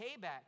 payback